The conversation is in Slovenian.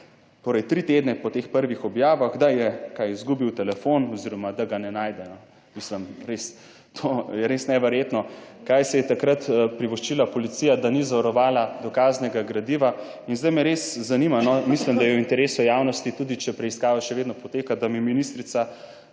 torej tri tedne po teh prvih objavah, da je izgubil telefon oziroma da ga ne najde. Mislim, res, to je res neverjetno, kaj si je takrat privoščila policija, da ni zavarovala dokaznega gradiva. In zdaj me res zanima, no, mislim, da je v interesu javnosti, tudi če preiskava še vedno poteka, da mi ministrica